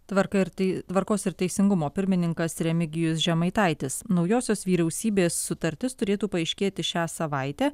tvarka ir tai tvarkos ir teisingumo pirmininkas remigijus žemaitaitis naujosios vyriausybės sutartis turėtų paaiškėti šią savaitę